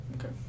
Okay